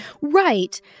Right